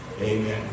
Amen